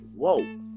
whoa